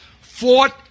fought